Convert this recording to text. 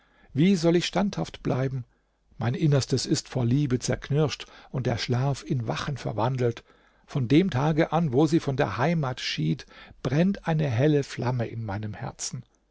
wie soll ich standhaft bleiben mein innerstes ist vor liebe zerknirscht und der schlaf in wachen verwandelt von dem tage an wo sie von der heimat schied brennt eine helle flamme in meinem herzen